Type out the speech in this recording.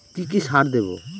কি কি সার দেবো?